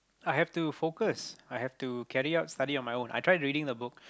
I have to focus I have to carry out study on my own I tried reading the book